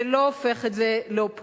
זה לא הופך את זה לאופוזיציה.